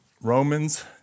Romans